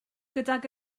gydag